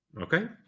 Okay